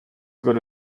good